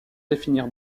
définir